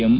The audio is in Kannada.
ಎಂ